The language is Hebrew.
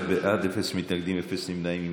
21 בעד, אפס מתנגדים, אפס נמנעים.